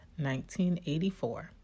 1984